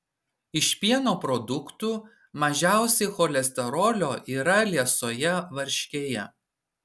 iš pieno produktų mažiausiai cholesterolio yra liesoje varškėje